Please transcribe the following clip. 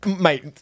Mate